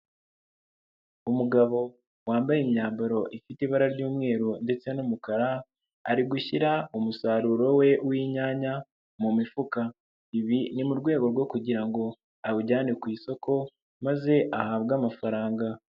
Umugabo wambaye imyambaro ifite ibara ry'umweru ndetse n'umukara, ari gushyira umusaruro we w'inyanya mu mifuka, ibi ni mu rwego rwo kugira ngo awujyane ku isoko maze ahabwe amafaranga.